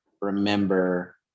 remember